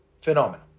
phenomenon